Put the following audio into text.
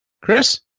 Chris